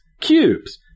cubes